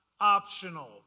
optional